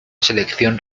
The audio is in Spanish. selección